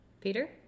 Peter